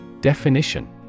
Definition